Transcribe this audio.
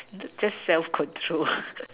just self control